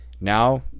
Now